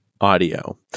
audio